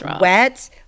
wet